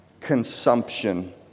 Consumption